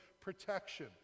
protection